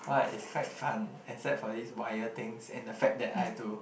what it's quite fun except for this wire things and the fact that I do